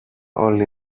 όλοι